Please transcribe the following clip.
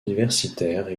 universitaires